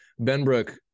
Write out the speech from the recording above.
Benbrook